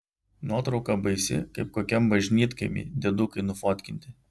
nuotrauka baisi kaip kokiam bažnytkaimy diedukai nufotkinti